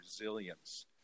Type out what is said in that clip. resilience